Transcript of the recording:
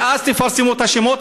ואז תפרסמו את השמות.